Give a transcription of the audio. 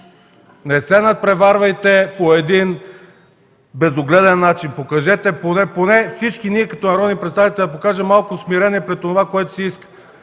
Не се надпреварвайте по един безогледен начин. Нека всички ние, като народни представители, да покажем малко смирение пред онова, което се иска.